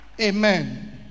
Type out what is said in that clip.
Amen